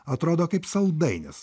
atrodo kaip saldainis